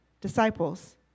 disciples